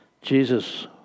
Jesus